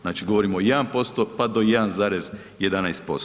Znači govorimo o 1%, pa do 1,11%